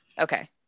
Okay